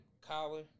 collar